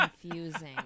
confusing